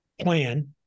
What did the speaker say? plan